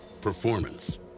performance